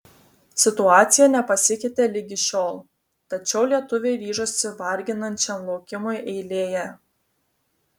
situacija nepasikeitė ligi šiol tačiau lietuviai ryžosi varginančiam laukimui eilėje